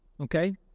okay